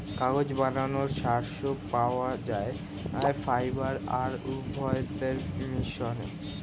কাগজ বানানোর সোর্স পাওয়া যায় ফাইবার আর উদ্ভিদের মিশ্রণে